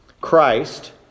Christ